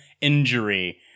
injury